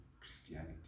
Christianity